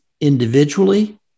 individually